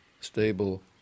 stable